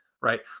right